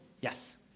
Yes